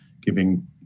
giving